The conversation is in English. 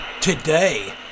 today